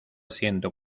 ciento